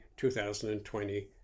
2020